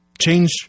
change